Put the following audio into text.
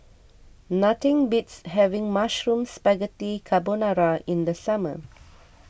nothing beats having Mushroom Spaghetti Carbonara in the summer